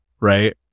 right